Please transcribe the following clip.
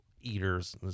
Eaters